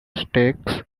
stakes